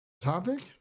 topic